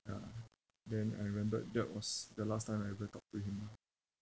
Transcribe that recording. ya then I remembered that was the last time I go and talk to him lah